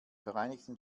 vereinigten